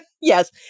Yes